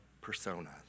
persona